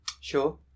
Sure